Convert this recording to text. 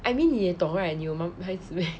I mean 你也懂 right 你有孩子 meh